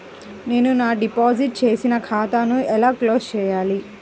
నేను నా డిపాజిట్ చేసిన ఖాతాను ఎలా క్లోజ్ చేయాలి?